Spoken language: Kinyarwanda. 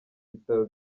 bitaro